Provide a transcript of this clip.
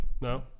no